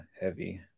heavy